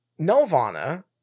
nelvana